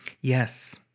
yes